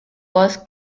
was